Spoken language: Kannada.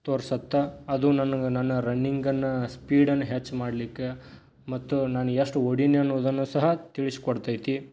ತೋರ್ಸತ್ತೆ ಅದು ನನಗೆ ನನ್ನ ರನ್ನಿಂಗನ್ನು ಸ್ಪೀಡನ್ನು ಹೆಚ್ಚು ಮಾಡಲಿಕ್ಕೆ ಮತ್ತು ನಾನು ಎಷ್ಟು ಓಡೀನಿ ಅನ್ನುವುದನ್ನು ಸಹ ತಿಳಿಸ್ಕೊಡ್ತೈತಿ